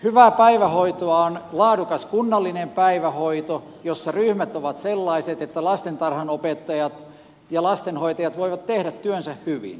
hyvää päivähoitoa on laadukas kunnallinen päivähoito jossa ryhmät ovat sellaiset että lastentarhanopettajat ja lastenhoitajat voivat tehdä työnsä hyvin